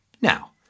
Now